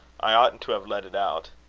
i oughtn't to have let it out.